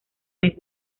mes